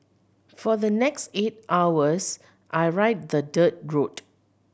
for the next eight hours I ride the dirt road